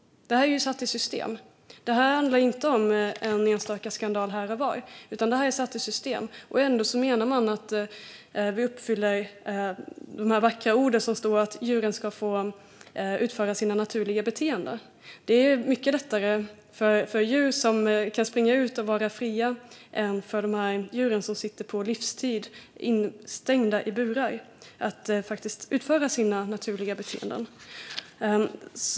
Det här är satt i system. Det handlar inte om en enstaka skandal här och var, utan det är satt i system. Ändå menar man att vi uppfyller de vackra orden om att djuren ska få ha sina naturliga beteenden. Det är mycket lättare för djur som kan springa ut och vara fria än för djur som sitter instängda i burar på livstid att ha sina naturliga beteenden.